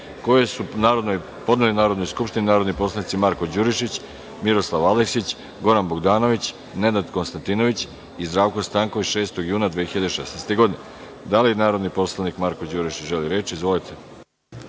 koji su podneli Narodnoj skupštini narodni poslanici Marko Đurišić, Miroslav Aleksić, Goran Bogdanović, Nenad Konstantinović i Zdravko Stanković, 6. juna 2016. godine. Da li narodni poslanik Marko Đurišić, želi reč? Izvolite.